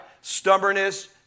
Stubbornness